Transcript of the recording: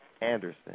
Anderson